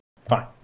Fine